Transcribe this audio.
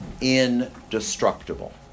indestructible